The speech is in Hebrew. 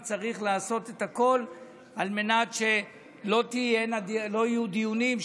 וצריך לעשות הכול על מנת שלא יהיו דיונים,